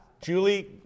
Julie